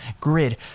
grid